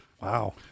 Wow